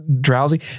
drowsy